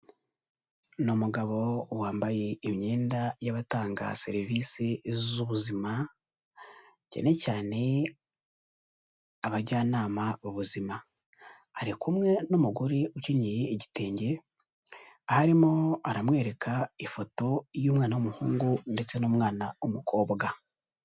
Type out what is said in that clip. Ni umugabo wambaye imyenda y'abatanga serivisi z'ubuzima cyane cyane abajyanama b'ubuzima, ari kumwe n'umugore ucyenyeye igitenge aho arimo aramwereka ifoto y'umwana w'umuhungu ndetse n'umwana w'umukobwa.